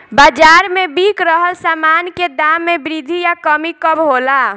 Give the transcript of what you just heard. बाज़ार में बिक रहल सामान के दाम में वृद्धि या कमी कब होला?